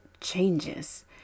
changes